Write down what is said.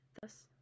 thus